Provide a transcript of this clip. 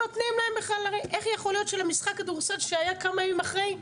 יכול להיות שלמשחק כדורסל שהיה כמה ימים אחרי,